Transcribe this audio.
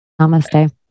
Namaste